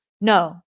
No